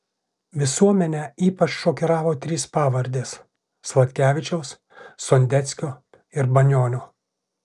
visuomenę ypač šokiravo trys pavardės sladkevičiaus sondeckio ir banionio